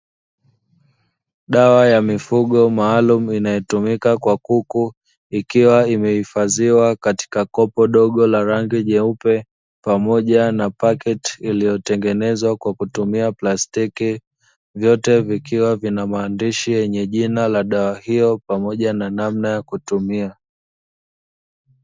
Dawa ya mifugo maalumu inayotumika kwa kuku, ikiwa imehifadhiwa katika kopo dogo la rangi jeupe, pamoja na paketi iliyotengenezwa kwa kutumia plastiki; vyote vikiwa vina maandishi yenye jina ya dawa hiyo pamoja na namna ya kutumia.